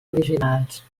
originals